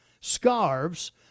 scarves